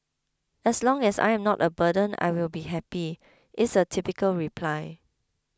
as long as I am not a burden I will be happy is a typical reply